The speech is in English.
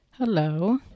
Hello